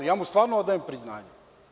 Ja mu stvarno odajem priznanje.